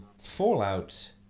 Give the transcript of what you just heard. Fallout